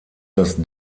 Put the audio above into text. das